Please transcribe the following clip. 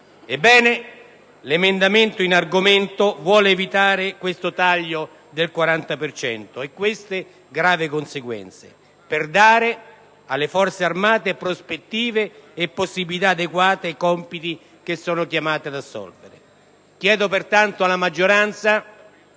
Ebbene, l'emendamento 2.561 intende evitare il suddetto taglio del 40 per cento e le sue gravi conseguenze, per dare alle Forze armate prospettive e possibilità adeguate ai compiti che esse sono chiamate ad assolvere. Chiedo pertanto alla maggioranza